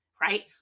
right